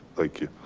thank you